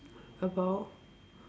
about